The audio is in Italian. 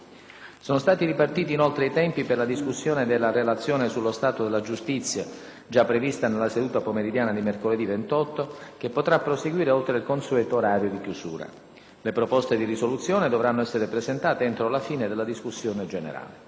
Sono stati ripartiti inoltre i tempi per la discussione della relazione sullo stato della giustizia, già prevista nella seduta pomeridiana di mercoledì 28, che potrà proseguire oltre il consueto orario di chiusura. Le proposte di risoluzione dovranno essere presentate entro la fine della discussione generale.